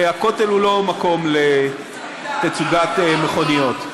הכותל הוא לא מקום לתצוגת מכוניות.